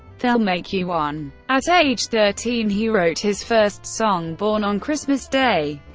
they'll make you one. at age thirteen, he wrote his first song, born on christmas day,